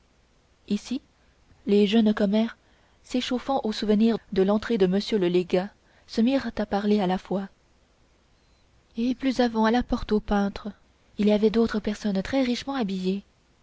ici les jeunes commères s'échauffant au souvenir de l'entrée de monsieur le légat se mirent à parler à la fois et plus avant à la porte aux peintres il y avait d'autres personnes très richement habillées